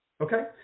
Okay